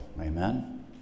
amen